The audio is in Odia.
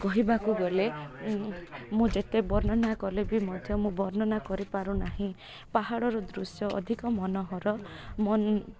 କହିବାକୁ ଗଲେ ମୁଁ ଯେତେ ବର୍ଣ୍ଣନା କଲେ ବି ମଧ୍ୟ ମୁଁ ବର୍ଣ୍ଣନା କରିପାରୁନାହିଁ ପାହାଡ଼ର ଦୃଶ୍ୟ ଅଧିକ ମନୋହର ମନ